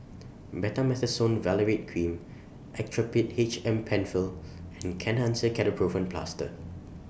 Betamethasone Valerate Cream Actrapid H M PenFill and Kenhancer Ketoprofen Plaster